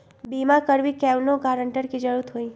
बिमा करबी कैउनो गारंटर की जरूरत होई?